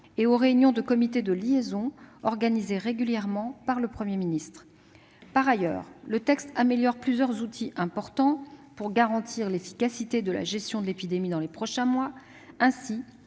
et aux réunions du comité de liaison organisées régulièrement par le Premier ministre. Par ailleurs, le texte améliore plusieurs outils importants pour garantir l'efficacité de la gestion de l'épidémie dans les prochains mois. Ainsi,